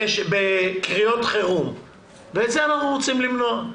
בקריאות חירום ואת זה אנחנו רוצים למנוע.